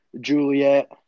Juliet